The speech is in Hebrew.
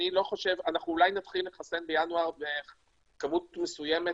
אולי נתחיל לחסן בינואר בכמות מסוימת,